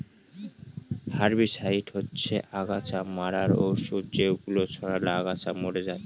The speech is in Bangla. হার্বিসাইড হচ্ছে অগাছা মারার ঔষধ যেগুলো ছড়ালে আগাছা মরে যায়